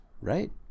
Right